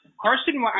Carson